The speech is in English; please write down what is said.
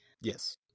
Yes